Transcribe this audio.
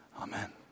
Amen